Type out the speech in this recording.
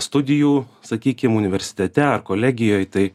studijų sakykim universitete ar kolegijoj tai